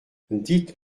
dites